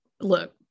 look